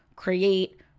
create